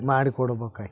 ಮಾಡಿ ಕೊಡ್ಬೇಕಾಗಿ